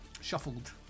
shuffled